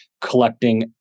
collecting